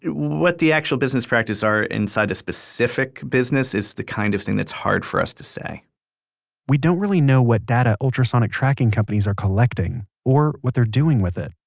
what the actual business practice are inside a specific business is the kind of thing that's hard for us to say we don't really know what data ultrasonic tracking companies are collecting, or what they're doing with it.